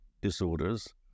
disorders